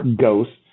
ghosts